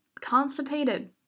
constipated